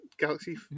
Galaxy